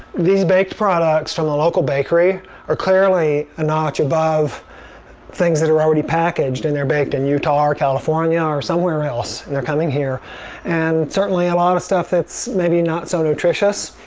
these baked products from the local bakery are clearly a notch above things that are already packaged and they're baked in and utah or california or somewhere else. they're coming here and certainly, a lot of stuff that's maybe not so nutritious.